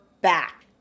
back